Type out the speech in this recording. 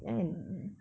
mmhmm